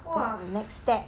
next step